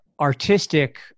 artistic